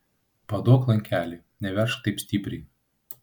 paduok lankelį neveržk taip stipriai